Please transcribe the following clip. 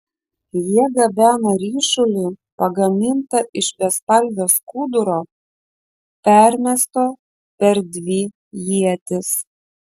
jie gabeno ryšulį pagamintą iš bespalvio skuduro permesto per dvi ietis